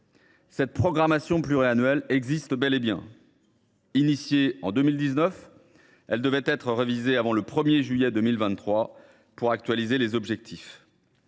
Cette programmation pluriannuelle de l’énergie existe bel et bien : engagée en 2019, elle devait être révisée avant le 1 juillet 2023 pour actualiser les objectifs.